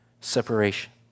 separation